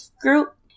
group